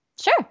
Sure